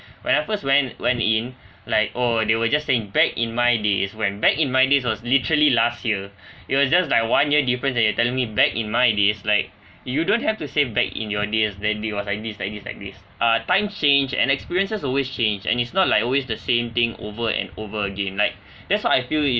when I first went went in like oh they were just saying back in my days when back in my days was literally last year it was just like one year difference and you're telling me back in my days like you don't have to say back in your days then they was like this like this like this uh times change and experiences always change and it's not like always the same thing over and over again like that's why I feel